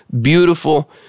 beautiful